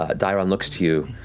ah dairon looks to you.